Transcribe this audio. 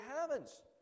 heavens